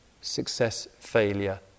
success-failure